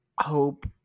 hope